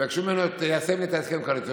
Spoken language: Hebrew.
יבקשו ממנו ליישם את ההסכם הקואליציוני.